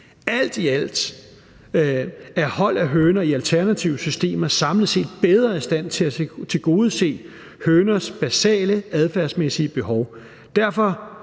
Alt i alt er hold af høner i alternative systemer samlet set bedre i stand til at tilgodese høners basale adfærdsmæssige behov.